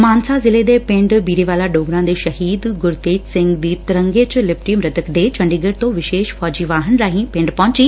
ਮਾਨਸਾ ਜ਼ਿਲੇ ਦੇ ਪਿੰਡ ਬੀਰੇਵਾਲਾ ਡੋਗਰਾਂ ਦੇ ਸ਼ਹੀਦ ਗਰਤੇਜ ਸਿੰਘ ਦੀ ਤਿੰਰਗੇ ਚ ਲਿਪਟੀ ਮ੍ਰਿਤਕ ਦੇਹ ਚੰਡੀਗੜ ਤੋਂ ਵਿਸ਼ੇਸ਼ ਫੌਜੀ ਵਾਹਨ ਰਾਹੀ ਪਿੰਡ ਪਹੁੰਚੀ